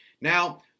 Now